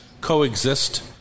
coexist